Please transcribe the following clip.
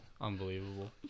Unbelievable